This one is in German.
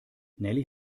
nelly